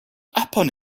upon